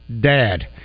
Dad